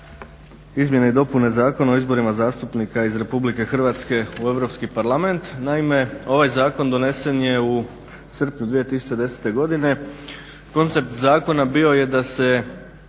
izmjene i dopune Zakona o izborima zastupnika iz Republike Hrvatske u Europski parlament. Naime, ovaj Zakon donesen je u srpnju 2010. godine. Koncept zakona bio je da se